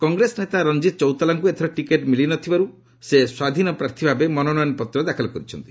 କଂଗ୍ରେସ ନେତା ରଣଜିତ୍ ଚୌତାଲାଙ୍କ ଏଥର ଟିକଟ ମିଳି ନ ଥିବାରୁ ସେ ସ୍ୱାଧୀନ ପ୍ରାର୍ଥୀଭାବେ ମନୋନୟନପତ୍ର ଦାଖଲ କରିଛନ୍ତି